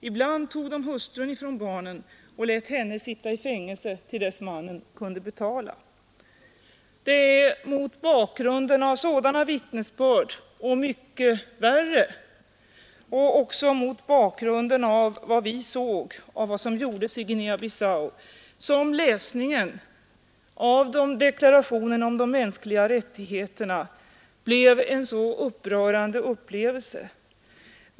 Ibland tog de hustrun ifrån barnen och lät henne sitta i fängelse till dess mannen kunde betala.” Det är mot bakgrunden av sådana och mycket värre vittnesbörd och också mot bakgrunden av vad vi såg hända i Guinea-Bissau som läsningen av deklarationen om de mänskliga rättigheterna blev en så upprörande upplevelse.